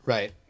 Right